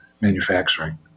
manufacturing